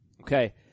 Okay